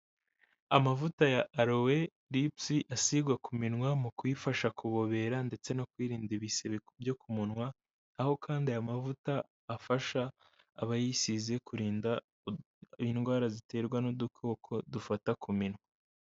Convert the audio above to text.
Amavuta ya Aloe lips asigwa ku minwa, mu kuyifasha kubobera ndetse no kwirinda ibisebe byo ku munwa, aho kandi aya mavuta afasha abayisize kurinda indwara ziterwa n'udukoko dufata ku minwa.